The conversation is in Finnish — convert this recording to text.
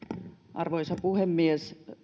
arvoisa puhemies